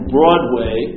Broadway